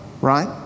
right